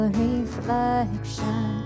reflection